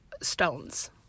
stones